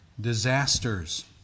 disasters